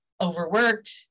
overworked